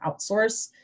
outsource